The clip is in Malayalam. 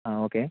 ആ ഓക്കേ